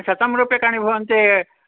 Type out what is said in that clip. शतं रूप्यकाणि भवन्ति